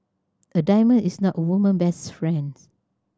a diamond is not a woman best friends